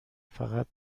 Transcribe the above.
فقط